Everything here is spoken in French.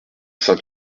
saint